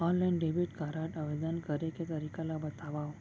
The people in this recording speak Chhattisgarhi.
ऑनलाइन डेबिट कारड आवेदन करे के तरीका ल बतावव?